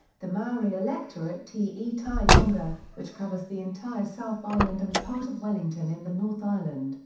the maori electorate te tai tonga, which covers the entire south island and part of wellington in the north island,